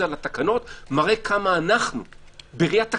על התקנות מראה כמה אנחנו בראיית הכנסת,